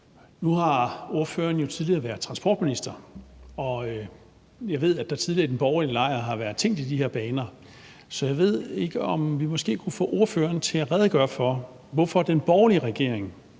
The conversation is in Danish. Nu har ordføreren jo tidligere været transportminister, og jeg ved, at der tidligere i den borgerlige lejr har været tænkt i de her baner. Så jeg ved ikke, om vi måske kunne få ordføreren til at redegøre for, hvorfor den borgerlige regering,